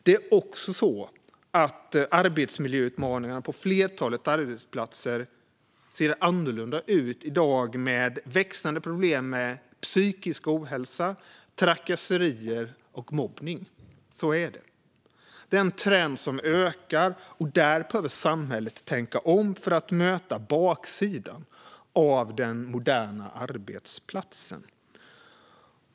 Det är också så att arbetsmiljöutmaningarna på flertalet arbetsplatser ser annorlunda ut i dag, med växande problem med psykisk ohälsa, trakasserier och mobbning. Det är en trend som ökar, och här behöver samhället tänka om för att möta baksidan av den moderna arbetsplatsen.